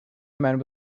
men